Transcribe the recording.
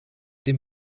dem